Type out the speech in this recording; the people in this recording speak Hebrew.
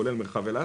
כולל מרחב אילת,